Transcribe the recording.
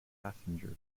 passenger